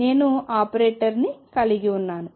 నేను ఆపరేటర్ని కలిగి ఉన్నాను